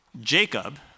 Jacob